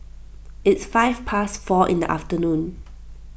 its five past four in the afternoon